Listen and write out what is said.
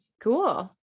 Cool